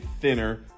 thinner